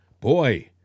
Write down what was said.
boy